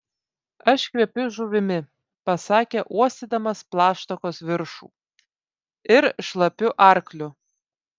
aš kvepiu žuvimi pasakė uostydamas plaštakos viršų ir šlapiu arkliu